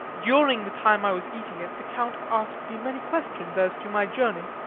during the time i was eating it the count asked me many questions as to my journey,